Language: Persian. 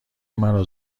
مرا